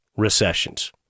recessions